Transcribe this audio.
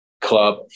club